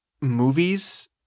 movies